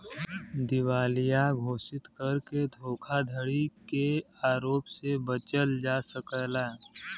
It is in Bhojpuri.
दिवालिया घोषित करके धोखाधड़ी के आरोप से बचल जा सकला